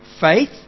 faith